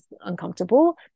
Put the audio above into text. uncomfortable